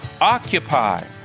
Occupy